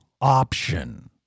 option